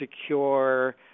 secure